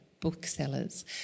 booksellers